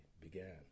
began